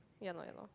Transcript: yeah lor yeah lor